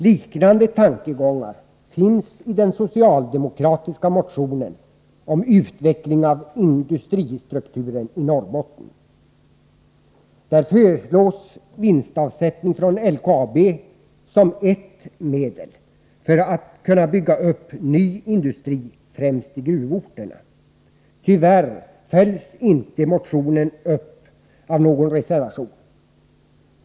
Liknande tankegångar finns i den socialdemokratiska motionen om utveckling av industristrukturen i Norrbotten. Där föreslås vinstavsättning från LKAB som ett medel för att kunna bygga upp ny industri, främst i gruvorterna. Tyvärr följs inte motionen upp av någon reservation.